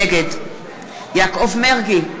נגד יעקב מרגי,